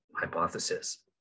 Hypothesis